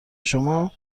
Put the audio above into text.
شما